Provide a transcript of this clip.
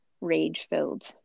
rage-filled